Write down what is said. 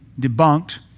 debunked